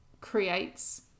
creates